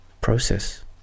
process